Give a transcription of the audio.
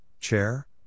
Chair